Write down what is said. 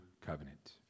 covenant